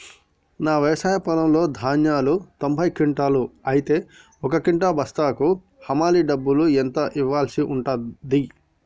నా వ్యవసాయ పొలంలో ధాన్యాలు తొంభై క్వింటాలు అయితే ఒక క్వింటా బస్తాకు హమాలీ డబ్బులు ఎంత ఇయ్యాల్సి ఉంటది?